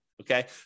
okay